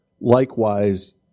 Likewise